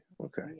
Okay